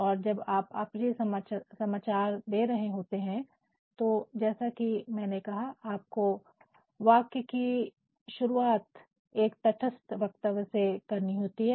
और जब आप अप्रिय समाचार दे रहे होते हैं तो जैसा कि मैंने कहा आपको वाक्य की शुरुआत एक तटस्थ वक्तव्य से करनी होती है